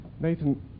Nathan